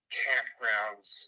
campgrounds